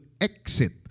exit